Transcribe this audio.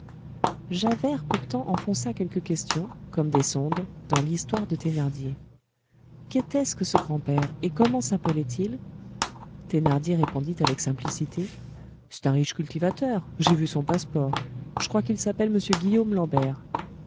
javert pourtant enfonça quelques questions comme des sondes dans l'histoire de thénardier qu'était-ce que ce grand-père et comment sappelait il thénardier répondit avec simplicité c'est un riche cultivateur j'ai vu son passeport je crois qu'il s'appelle mr guillaume lambert